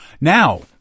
Now